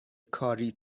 کاری